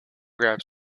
grabbed